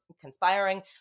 conspiring